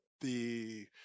the-